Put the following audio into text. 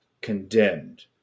condemned